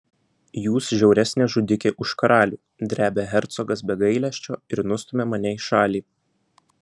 jūs žiauresnė žudikė už karalių drebia hercogas be gailesčio ir nustumia mane į šalį